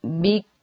big